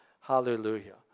Hallelujah